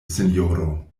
sinjoro